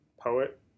poet